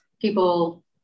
people